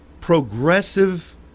progressive